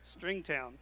Stringtown